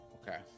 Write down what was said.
Okay